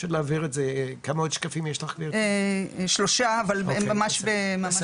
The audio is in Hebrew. לראות את הפשט ההצפה בצורה מדויקת ומעודכנת ולראות